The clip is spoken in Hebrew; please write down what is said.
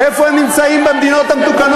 תן להם, איפה הם נמצאים במדינות המתוקנות?